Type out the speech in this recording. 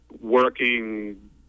working